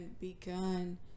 begun